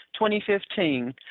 2015